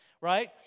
Right